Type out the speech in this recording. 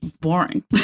boring